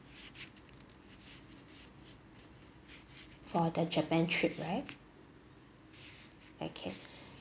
for the japan trip right okay